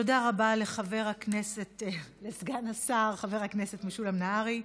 תודה רבה לסגן השר חבר הכנסת משולם נהרי.